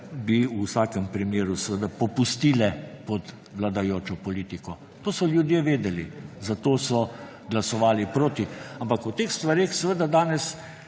bi v vsakem primeru popustile pod vladajočo politiko. To so ljudje vedeli, zato so glasovali proti. Ampak o teh stvareh seveda danes